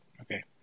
okay